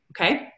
okay